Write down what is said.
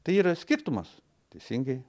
tai yra skirtumas teisingai